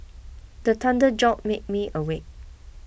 the thunder jolt make me awake